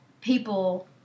people